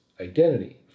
identity